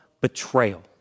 betrayal